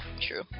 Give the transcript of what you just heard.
true